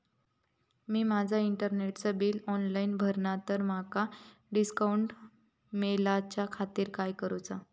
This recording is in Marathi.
मी माजा इंटरनेटचा बिल ऑनलाइन भरला तर माका डिस्काउंट मिलाच्या खातीर काय करुचा?